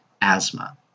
asthma